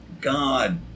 God